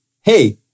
Hey